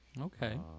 Okay